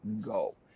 go